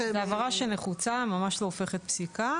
לא, זאת הבהרה שנחוצה, ממש לא הופכת פסיקה.